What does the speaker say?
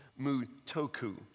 Mutoku